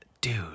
dude